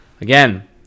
again